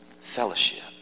fellowship